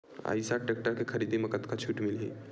Eicher tractor के खरीदी म कतका छूट मिलही?